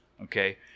Okay